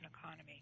economy